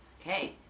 Okay